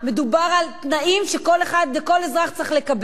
מדובר על תנאים שכל אזרח צריך לקבל.